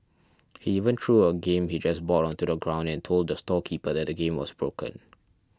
he even threw a game he just bought onto the ground and told the storekeeper that the game was broken